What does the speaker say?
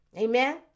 Amen